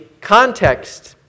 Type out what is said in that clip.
context